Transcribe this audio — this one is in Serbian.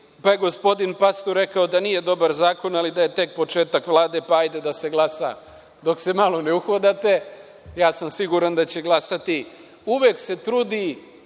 pa je gospodin Pastor rekao da nije dobar zakon, ali da je tek početak Vlade, pa hajde da se glasa dok se malo ne uhodate. Ja sam siguran da će glasati. Uvek se trudi